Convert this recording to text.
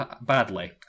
badly